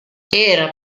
era